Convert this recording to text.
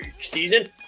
season